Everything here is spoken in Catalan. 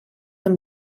amb